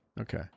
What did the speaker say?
Okay